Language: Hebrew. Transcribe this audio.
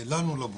לנו הם לא ברורים.